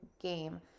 game